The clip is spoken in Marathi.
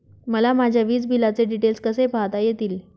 मला माझ्या वीजबिलाचे डिटेल्स कसे पाहता येतील?